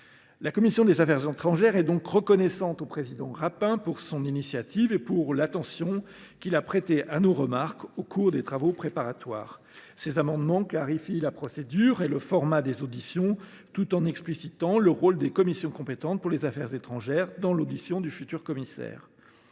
La commission des affaires étrangères est donc reconnaissante au président Rapin de son initiative et de l’attention qu’il a prêtée à ses remarques au cours des travaux préparatoires. Ses amendements visent à clarifier la procédure et le format des auditions, mais aussi à expliciter le rôle des commissions compétentes pour les affaires étrangères dans l’audition du futur commissaire.